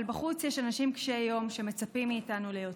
אבל בחוץ יש אנשים קשיי יום שמצפים מאיתנו ליותר.